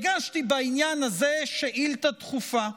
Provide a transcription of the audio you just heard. הגשתי בעניין הזה שאילתה דחופה.